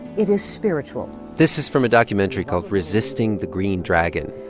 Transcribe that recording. it is spiritual this is from a documentary called resisting the green dragon.